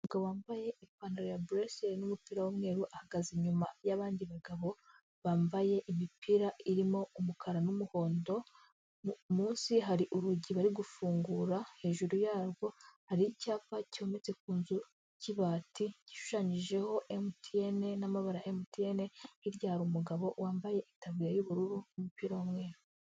Umugabo wambaye ipantaro ya bureseri n'umupira w'umweru ahagaze inyuma y'abandi bagabo bambaye imipira irimo umukara, n'umuhondo. Munsi hari urugi barigufungura. Hejuru yarwo hari icyapa cyometse ku nzu kibati gishushanyijeho MTN n'amabara ya MTN. Hirya hari umugabo wambaye itaburiya y'ubururu n'umupira w'umweru.